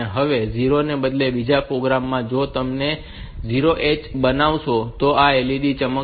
હવે 0 ને બદલે બીજા પ્રોગ્રામ માં જો તમે તેને 0 1 H બનાવશો તો આ LED ચમકશે